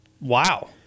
Wow